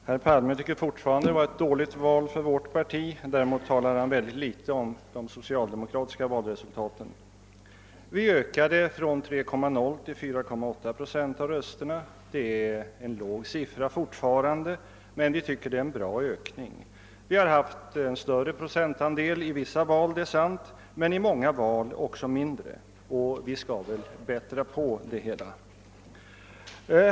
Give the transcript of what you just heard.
Herr Palme tycker fortfarande att det var ett dåligt val för vårt parti — däremot talar han mycket litet om det socialdemokratiska valresultatet. Vi ökade från 3,0 till 4,8 procent av rösterna. Det är fortfarande en låg siffra, men vi tycker det är en bra ökning. Vi har haft en större procentandel i vissa val — det är sant — men i många val också mindre, och vi skall väl bättra på resultatet.